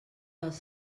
dels